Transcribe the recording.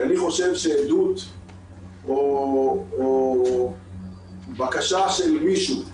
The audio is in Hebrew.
אני חושב שעדות או בקשה של מישהו,